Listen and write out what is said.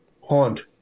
haunt